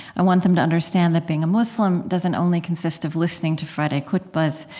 i want them to understand that being a muslim doesn't only consist of listening to friday khutbahs,